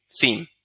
theme